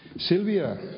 Silvia